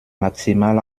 maximal